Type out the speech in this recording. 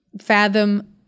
fathom